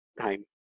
time